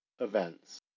events